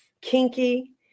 kinky